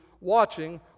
watching